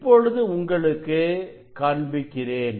இப்பொழுது உங்களுக்கு காண்பிக்கிறேன்